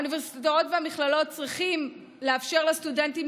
האוניברסיטאות והמכללות צריכות לאפשר לסטודנטים